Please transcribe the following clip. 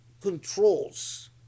controls